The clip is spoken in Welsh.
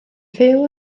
fyw